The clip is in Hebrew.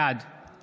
בעד